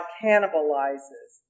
cannibalizes